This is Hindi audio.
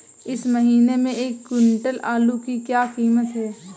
इस महीने एक क्विंटल आलू की क्या कीमत है?